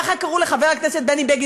ככה קראו לחבר הכנסת בני בגין,